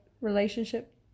relationship